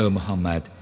Muhammad